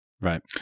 Right